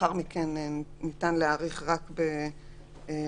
לאחר מכן ניתן להאריך רק באישור